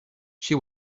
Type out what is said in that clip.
she